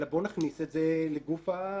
אלא בוא נכניס את זה לגוף החוק.